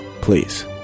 Please